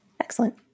Excellent